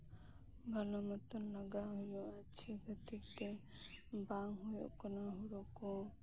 ᱵᱷᱟᱞᱚ ᱢᱚᱛᱚᱱ ᱞᱟᱜᱟᱣ ᱦᱩᱭᱩᱜᱼᱟ ᱡᱮ ᱪᱮᱫ ᱠᱷᱟᱹᱛᱤᱨ ᱵᱟᱝ ᱦᱩ ᱩᱜ ᱠᱟᱱᱟ